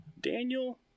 Daniel